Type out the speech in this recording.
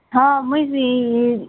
ହଁ ମୁଇଁ ବି